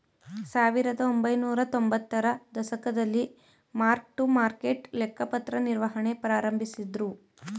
ಸಾವಿರದಒಂಬೈನೂರ ತೊಂಬತ್ತರ ದಶಕದಲ್ಲಿ ಮಾರ್ಕ್ ಟು ಮಾರ್ಕೆಟ್ ಲೆಕ್ಕಪತ್ರ ನಿರ್ವಹಣೆ ಪ್ರಾರಂಭಿಸಿದ್ದ್ರು